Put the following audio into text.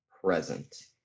present